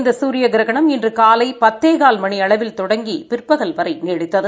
இந்த சூரிய கிரகணம் இன்று காலை மணி பத்தேகால் மணி அளவில் தொடங்கி பிற்பகல் வரை நீடித்தது